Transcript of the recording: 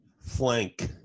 Flank